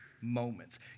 moments